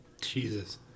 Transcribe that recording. Jesus